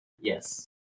Yes